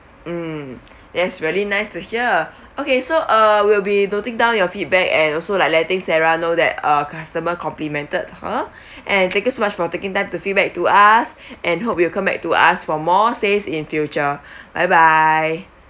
mm that's really nice to hear okay so uh we'll be noting down your feedback and also like let this sarah know that uh customer complimented her and thank you so much for taking time to feedback to us and hope you'll come back to us for more stays in future bye bye